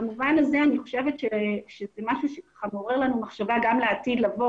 במובן הזה אני חושבת שזה משהו שמעורר לנו מחשבה גם לעתיד לבוא,